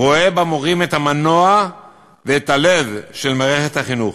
רואה במורים את המנוע ואת הלב של מערכת החינוך.